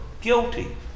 guilty